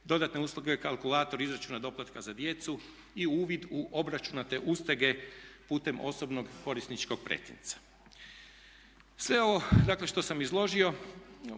dodatne usluge kalkulator izračuna doplatka za djecu i uvid u obračunate ustege putem osobnog korisničkog pretinca. Sve ovo dakle što sam izložio